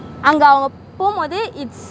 அங்க அவங்க போகும் பொழுது:anga avanga pogum poluthu it's